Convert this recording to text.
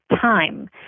time